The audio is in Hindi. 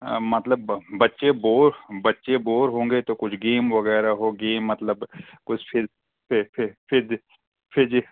मतलब बच्चे बोर बच्चे बोर होंगे तो कुछ गेम वगैरह हो गेम मतलब कुछ फ़िज फ़िज